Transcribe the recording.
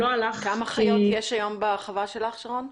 כמה חיות יש היום בחווה שלך, שרון?